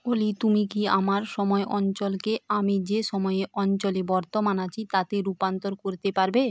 অলি তুমি কি আমার সময় অঞ্চলকে আমি যে সময়ে অঞ্চলে বর্তমান আছি তাতে রূপান্তর করতে পারবে